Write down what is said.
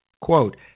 Quote